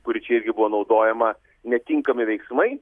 kuri čia irgi buvo naudojama netinkami veiksmai